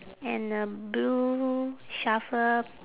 and a blue shovel